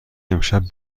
امشب